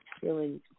feeling